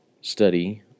study